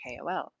KOL